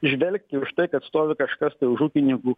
įžvelgti už tai kad stovi kažkas už ūkininkų